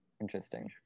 interesting